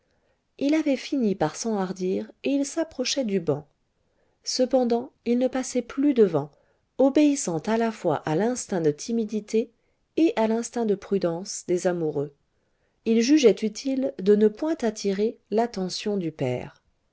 il avait fini par s'enhardir et il s'approchait du banc cependant il ne passait plus devant obéissant à la fois à l'instinct de timidité et à l'instinct de prudence des amoureux il jugeait utile de ne point attirer l'attention du père